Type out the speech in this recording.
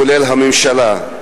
כולל הממשלה,